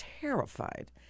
Terrified